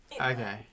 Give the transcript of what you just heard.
Okay